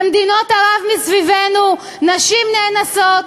במדינות ערב מסביבנו נשים נאנסות,